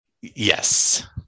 yes